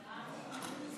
תודה רבה.